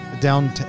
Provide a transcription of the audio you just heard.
down